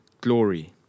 glory